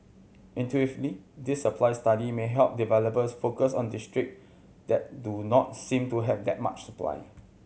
intuitively this supply study may help developers focus on district that do not seem to have that much supply